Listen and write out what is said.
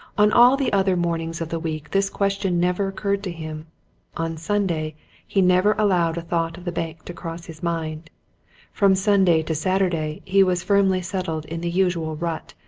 on all the other mornings of the week this question never occurred to him on sunday he never allowed a thought of the bank to cross his mind from sunday to saturday he was firmly settled in the usual rut,